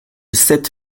sept